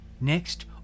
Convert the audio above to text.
Next